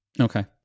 Okay